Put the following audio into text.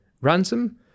Ransom